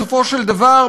בסופו של דבר,